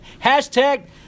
hashtag